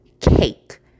cake